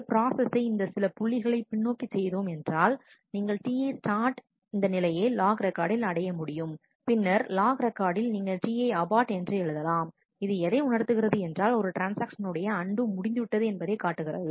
பிரா சைஸை இந்த சில புள்ளிகள் பின்னோக்கி செய்தோம் என்றால் நீங்கள் Tistartஇந்த நிலையை லாக் ரெக்கார்டில் அடைய முடியும்பின்னர் நீங்கள் லாக் ரெக்கார்டில் நீங்கள் T1abort என்று எழுதலாம் இது எதை உணர்த்துகிறது என்றால் ஒரு ட்ரான்ஸ்ஆக்ஷன் உடைய அண்டு முடிந்துவிட்டது என்பதை காட்டுகிறது